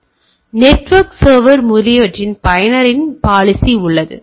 எனவே network server முதலியவற்றின் பயனரின் பாலிசி உள்ளது